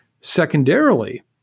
Secondarily